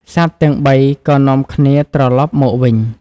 សត្វទាំងបីក៏នាំគ្នាត្រឡប់មកវិញ។